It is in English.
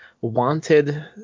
wanted